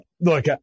look